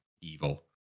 evil